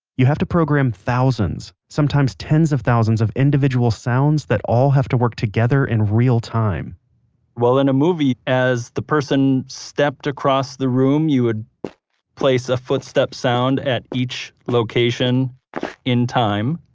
you have to program thousands, sometimes tens of thousands of individual sounds that all have to work together in real time in a movie, as the person stepped across the room, you would place a footstep sound at each location in time.